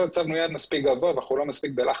לא הצבנו יעד מספיק גבוה ואנחנו לא מספיק בלחץ.